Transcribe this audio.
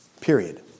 Period